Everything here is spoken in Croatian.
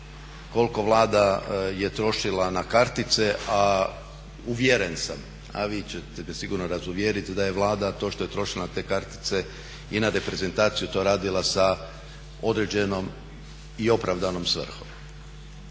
koliko Vlada je trošila na kartice a uvjeren sa, a vi ćete me sigurno razuvjeriti da je Vlada to što je trošila na te kartice i na reprezentaciju to radila sa određenom i opravdanom svrhom.